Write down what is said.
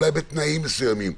אולי בתנאים מסוימים,